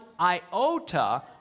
iota